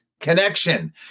connection